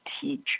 teach